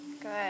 Good